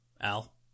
Al